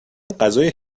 غذای